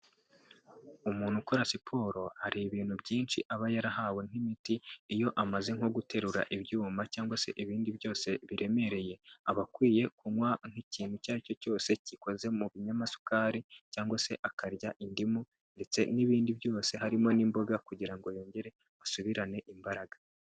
Umuntu ukora siporo hariibintu byinshi aba yarahawe nk'imiti iyo amaze nko guterura ibyuma cyangwa se ibindi byose biremereye, aba akwiye kunywa nk'ikintu icyo ari cyo cyose kikoze mu binyamasukari cyangwa se akarya indimu ndetse n'ibindi byose harimo n'imboga kugira ngo yongere asubirane imbaraga.